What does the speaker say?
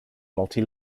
multi